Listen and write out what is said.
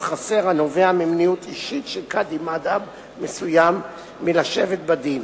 חסר הנובע ממניעות אישית של קאדי מד'הב מסוים מלשבת בדין.